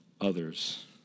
others